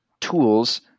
tools